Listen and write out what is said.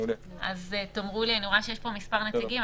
אני רואה שיש פה מספר נציגים.